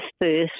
first